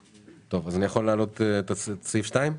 טוב, איל, אז אני יכול להעלות את סעיף 2?